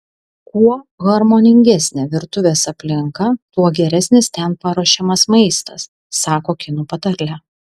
kuo harmoningesnė virtuvės aplinka tuo geresnis ten paruošiamas maistas sako kinų patarlė